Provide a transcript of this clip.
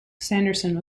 sanderson